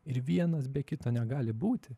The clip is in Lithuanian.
ir vienas be kito negali būti